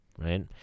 Right